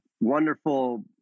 wonderful